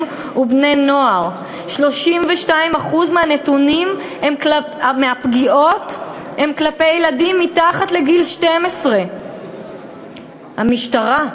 ובני-נוער ו-32% מהפגיעות הן כלפי ילדים מתחת לגיל 12. המשטרה,